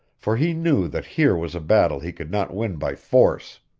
for he knew that here was a battle he could not win by force.